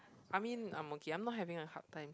I mean I'm okay I'm not having a hard time